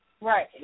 Right